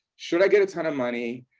should i get a ton of money,